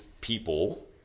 people